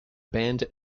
band